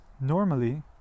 Normally